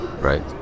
right